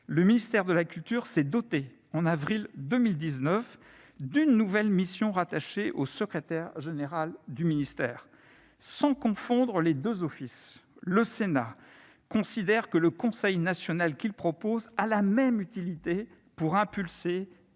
le ministère de la culture s'est doté, en avril 2019, d'une nouvelle mission rattachée au secrétaire général du ministère. Sans confondre les deux offices, le Sénat considère que le conseil national proposé par ses soins a la même utilité pour insuffler,